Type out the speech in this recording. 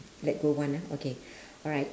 let go one ah okay alright